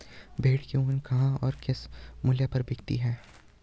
भेड़ की ऊन कहाँ और किस मूल्य पर बिकती है?